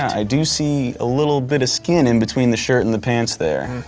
i do see a little bit of skin in between the shirt and the pants there.